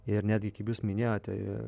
ir netgi kaip jūs minėjote